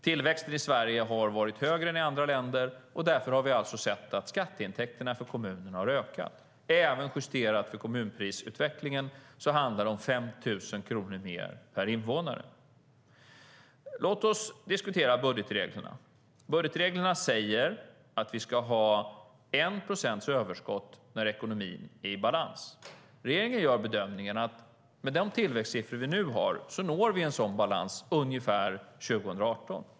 Tillväxten i Sverige har varit högre än i andra länder, och därför har vi alltså sett att skatteintäkterna för kommunerna har ökat. Även justerat för kommunprisutvecklingen handlar det om 5 000 kronor mer per invånare. Låt oss diskutera budgetreglerna. Budgetreglerna säger att vi ska ha 1 procents överskott när ekonomin är i balans. Regeringen gör bedömningen att med de tillväxtsiffror vi nu har når vi en sådan balans ungefär 2018.